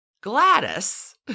Gladys